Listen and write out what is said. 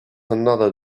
another